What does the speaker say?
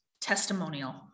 testimonial